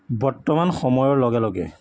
বৰ্তমান সময়ৰ লগে লগে